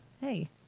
hey